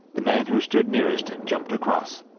the man who stood nearest jumped across,